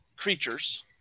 Creatures